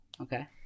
Okay